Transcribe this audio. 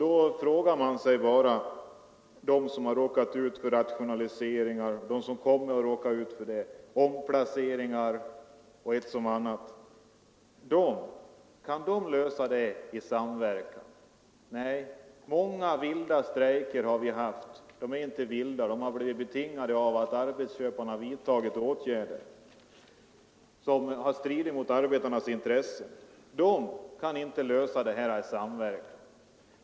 Man frågar då dem som råkat ut för rationaliseringar och dem som kommer att råka ut för rationaliseringar, omplaceringar och annat om de kan göra det. Många av de ”vilda” strejker som vi haft är inte vilda, de har betingats av att arbetsköparna vidtagit åtgärder som strider mot arbetarnas intressen. De har inte kunnat lösa något i samverkan.